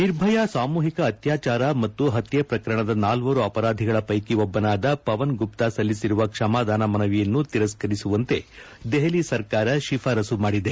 ನಿರ್ಭಯಾ ಸಾಮೂಹಿಕ ಅತ್ಯಾಚಾರ ಮತ್ತು ಹತ್ಯೆ ಪ್ರಕರಣದ ನಾಲ್ವರು ಅಪರಾಧಿಗಳ ಪೈಕಿ ಒಬ್ಬನಾದ ಪವನ್ ಗುಪ್ತಾ ಸಲ್ಲಿಸಿರುವ ಕ್ಷಮದಾನ ಮನವಿಯನ್ನು ತಿರಸ್ಕರಿಸುವಂತೆ ದೆಹಲಿ ಸರ್ಕಾರ ಶಿಫಾರಸ್ಸು ಮಾದಿದೆ